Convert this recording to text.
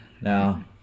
Now